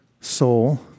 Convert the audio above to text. soul